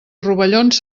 rovellons